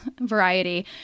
variety